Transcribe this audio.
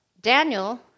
Daniel